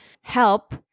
help